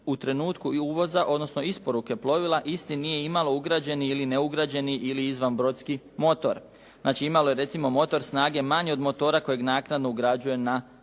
u trenutku uvoza, odnosno isporuke plovila isti nije imalo ugrađeni ili neugrađeni ili izvanbrodski motor. Znači, imalo je recimo motor snage manje od motora kojeg naknadno ugrađuje na predmetno